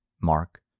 mark